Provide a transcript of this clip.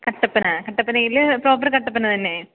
കട്ടപ്പന കട്ടപ്പനയില് പ്രോപ്പർ കട്ടപ്പന തന്നെ